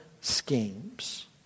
schemes